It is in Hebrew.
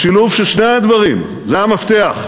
השילוב של שני הדברים, זה המפתח.